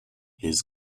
his